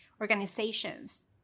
organizations